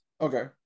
Okay